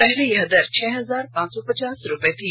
पहले यह दर छह हजार पांच सौ पचास रुपए थी